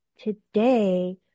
Today